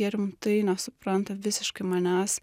jie rimtai nesupranta visiškai manęs